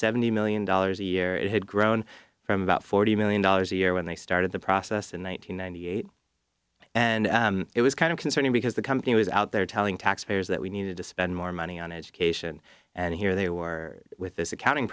seventy million dollars a year it had grown from about forty million dollars a year when they started the process in one thousand nine hundred eighty and it was kind of concerning because the company was out there telling taxpayers that we needed to spend more money on education and here they were with this accounting